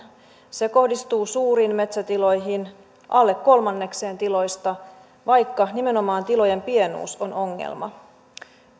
se kohdistuu suuriin metsätiloihin alle kolmannekseen tiloista vaikka nimenomaan tilojen pienuus on ongelma